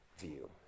view